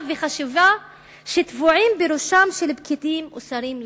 וחשיבה שטבועים בראשם של פקידים ושרים למיניהם.